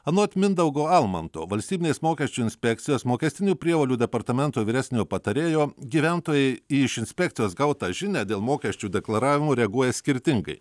anot mindaugo almanto valstybinės mokesčių inspekcijos mokestinių prievolių departamento vyresniojo patarėjo gyventojai iš inspekcijos gautą žinią dėl mokesčių deklaravimo reaguoja skirtingai